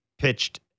Pitched